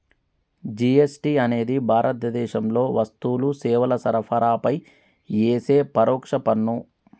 GST అనేది భారతదేశంలో వస్తువులు, సేవల సరఫరాపై యేసే పరోక్ష పన్ను